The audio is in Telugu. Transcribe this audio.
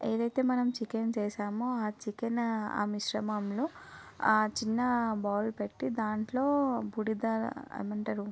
ఏదైతే మనం చికెన్ చేసామో ఆ చికెన్ ఆ మిశ్రమంలో ఆ చిన్న బౌల్ పెట్టి దాంట్లో బుడిద ఏమి అంటారు